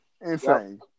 Insane